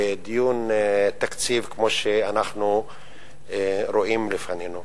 בדיון בתקציב כמו שאנחנו רואים לפנינו.